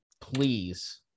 please